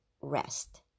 rest